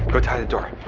go tie the door.